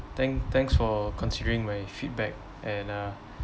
thank thanks for considering my feedback and uh